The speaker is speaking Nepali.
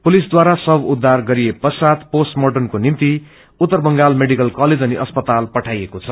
पुलिसद्वारा शव उद्धार गरिए पश्चात पोष्टर्मार्टमको निम्ति उत्तर बंगाल मेडिकल कलेज अनि अस्पताल पठाइएको छ